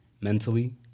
mentally